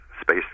space